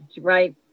right